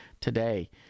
today